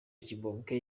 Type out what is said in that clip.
kibonke